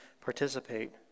participate